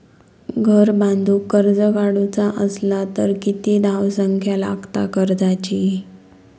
घर बांधूक कर्ज काढूचा असला तर किती धावसंख्या लागता कर्जाची?